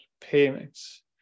payments